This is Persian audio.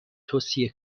توصیه